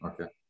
Okay